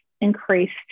increased